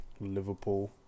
Liverpool